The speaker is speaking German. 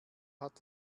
hat